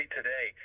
today